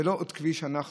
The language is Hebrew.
זה לא עוד כביש עירוני,